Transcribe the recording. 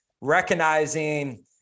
recognizing